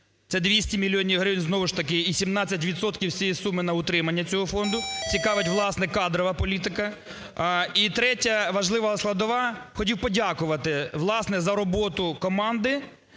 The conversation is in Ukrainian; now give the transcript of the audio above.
і 17 відсотків з цієї суми на утримання цього фонду. Цікавить, власне, кадрова політика. І третя важлива складова. Хотів подякувати, власне, за роботу команди,